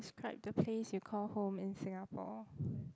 describe the place you call home in Singapore